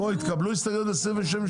התקבלו הסתייגויות ל-27?